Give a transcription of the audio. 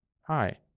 Hi